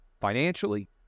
financially